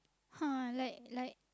!huh! like like